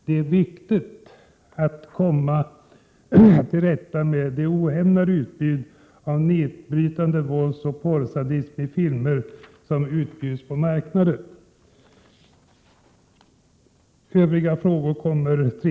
Det är viktigt att komma till rätta med det ohämmade utbud av nedbrytande våldsoch porrsadism i filmer som finns på marknaden.